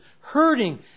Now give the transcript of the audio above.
hurting